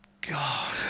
God